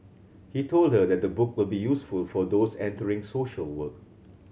he told her that the book will be useful for those entering social work